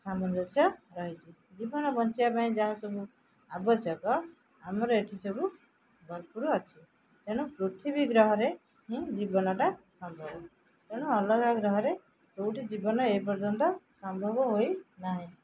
ସାମଞ୍ଜସ୍ୟ ରହିଛି ଜୀବନ ବଞ୍ଚିବା ପାଇଁ ଯାହା ସବୁ ଆବଶ୍ୟକ ଆମର ଏଇଠି ସବୁ ଭରପୁର ଅଛି ତେଣୁ ପୃଥିବୀ ଗ୍ରହରେ ହିଁ ଜୀବନଟା ସମ୍ଭବ ତେଣୁ ଅଲଗା ଗ୍ରହରେ କେଉଁଠି ଜୀବନ ଏପର୍ଯ୍ୟନ୍ତ ସମ୍ଭବ ହୋଇନାହିଁ